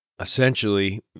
essentially